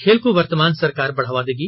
खेल को वर्तमान सरकार बढ़ावा देगी